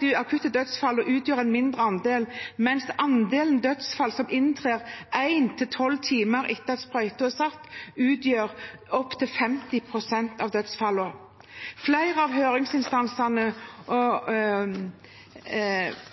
de akutte dødsfallene utgjør en mindre andel, mens andelen dødsfall som inntrer én til tolv timer etter at sprøyten er satt, utgjør opptil 50 pst. av dødsfallene. Flere av høringsinstansene